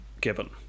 given